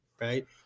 right